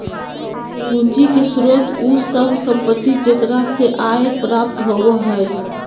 पूंजी के स्रोत उ सब संपत्ति जेकरा से आय प्राप्त होबो हइ